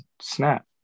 Snap